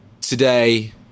today